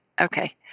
okay